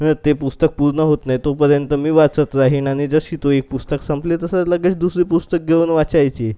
ते पुस्तक पूर्ण होत नाही तोपर्यंत मी वाचत राहीन आणि जशी तो एक पुस्तक संपली तसं लगेच दुसरी पुस्तकं घेऊन वाचायची